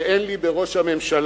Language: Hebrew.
שאין לי אמון בראש הממשלה.